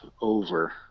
over